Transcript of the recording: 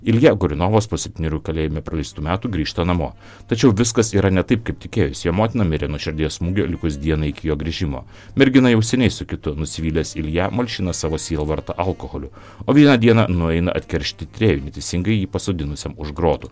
ilja goriunovas po septynerių kalėjime praleistų metų grįžta namo tačiau viskas yra ne taip kaip tikėjosi jo motina mirė nuo širdies smūgio likus dienai iki jo grįžimo mergina jau seniai su kitu nusivylęs ilja malšina savo sielvartą alkoholiu o vieną dieną nueina atkeršyti tyrėjui teisingai jį pasodinusiam už grotų